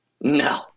No